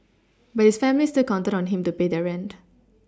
but his family still counted on him to pay their rent